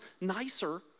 nicer